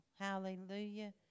Hallelujah